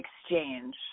exchange